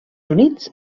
units